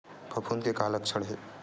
फफूंद के का लक्षण हे?